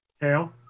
Tail